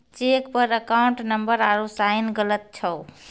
cheque पर account number आरू sign गलत छौ